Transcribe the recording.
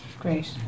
great